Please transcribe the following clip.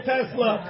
Tesla